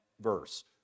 verse